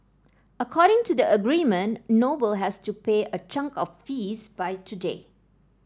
according to the agreement Noble has to pay a chunk of the fees by today